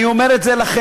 אני אומר את זה לכם: